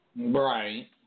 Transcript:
Right